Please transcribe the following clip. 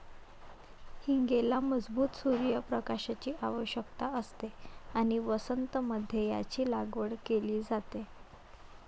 हींगेला मजबूत सूर्य प्रकाशाची आवश्यकता असते आणि वसंत मध्ये याची लागवड केली जाते